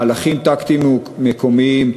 מהלכים טקטיים מקומיים,